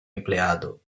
empleado